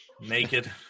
naked